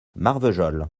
marvejols